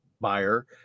buyer